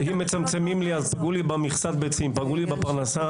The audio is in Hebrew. אם מצמצמים לי יפגעו לי במכסת ביצים ובפרנסה.